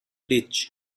ditch